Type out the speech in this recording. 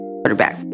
quarterback